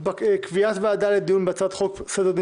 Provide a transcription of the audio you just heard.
בקשה נוספת היא קביעת ועדה לדיון בהצעת חוק סדר הדין